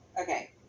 Okay